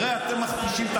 הרי אתם מכפישים,